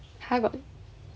!huh! got